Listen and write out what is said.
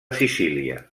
sicília